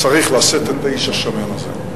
צריך לשאת את האיש השמן הזה.